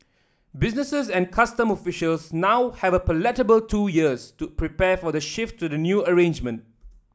businesses and customs officials now have a palatable two years to prepare for the shift to the new arrangement